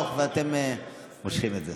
גם ככה יש לנו לילה ארוך, ואתם מושכים את זה.